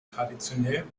traditionell